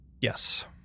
Yes